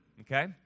Okay